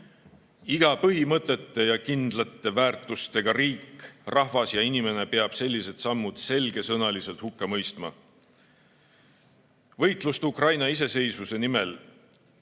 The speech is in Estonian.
Iga põhimõtete ja kindlate väärtustega riik, rahvas ja inimene peab sellised sammud selgesõnaliselt hukka mõistma. Võitlus Ukraina iseseisvuse nimel